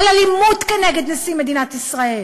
על אלימות כנגד נשיא מדינת ישראל,